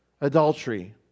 Adultery